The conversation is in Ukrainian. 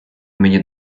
мені